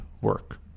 work